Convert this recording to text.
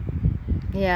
ya